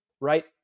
right